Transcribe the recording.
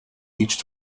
each